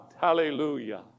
Hallelujah